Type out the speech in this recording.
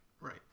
Right